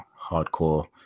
hardcore